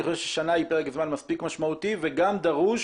אני חושב ששנה היא פרק זמן מספיק משמעותי וגם דרוש